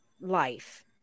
Life